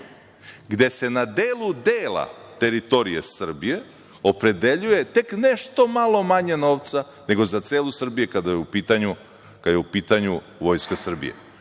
gde se na delu dela teritorije Srbije opredeljuje tek nešto malo manje novca nego za celu Srbiju kada je u pitanju Vojska Srbije,